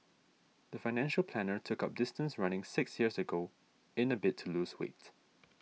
the financial planner took up distance running six years ago in a bid to lose weight